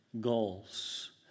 goals